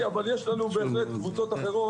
במידה ויהיו עוד שאלות,